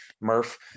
murph